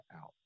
out